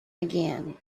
again